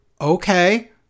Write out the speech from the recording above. Okay